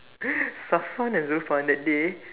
Safwan and Zulfan that day